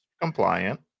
compliant